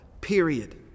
period